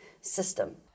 system